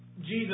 Jesus